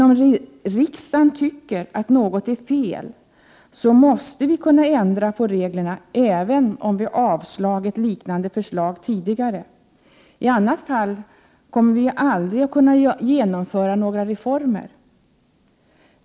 Om riksdagen tycker att något är fel måste vi kunna ändra på reglerna även om vi avslagit liknande förslag tidigare. I annat fall kan vi ju aldrig genomföra några reformer!